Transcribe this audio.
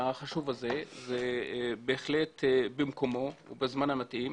החשוב הזה שהוא בהחלט במקומו ובזמן המתאים.